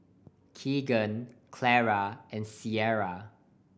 Keagan Clara and Ciara